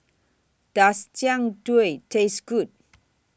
Does Jian Dui Taste Good